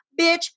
Bitch